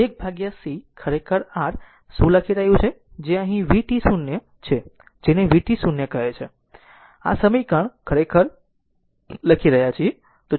તેથી આ સમીકરણ 1 c ખરેખર r શું લખી રહ્યું છે જે અહીં vt0 છે જેને vt0 કહે છે આ સમીકરણ ખરેખર લખી રહ્યા છે